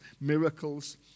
miracles